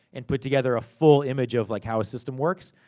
and put together a full image of like how a system works.